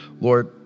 Lord